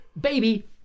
baby